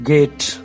Gate